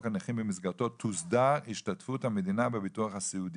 הנכים במסגרתו תוסדר השתתפות המדינה בביטוח הסיעודי.